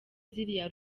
ziriya